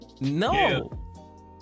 No